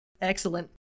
Excellent